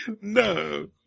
no